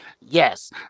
Yes